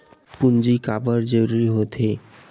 पूंजी का बार जरूरी हो थे?